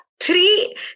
three